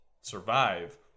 survive